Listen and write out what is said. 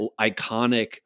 iconic